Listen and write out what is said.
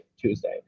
Tuesday